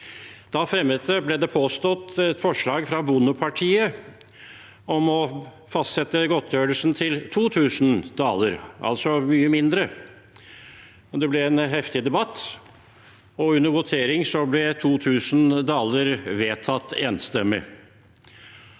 Da fremmet, ble det påstått, Bondepartiet et forslag om å fastsette godtgjørelsen til 2 000 daler, altså mye mindre. Det ble en heftig debatt, og under votering ble 2 000 daler vedtatt enstemmig.